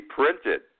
printed